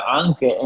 anche